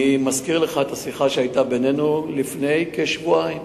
אני מזכיר לך את השיחה שהיתה בינינו לפני שנתיים.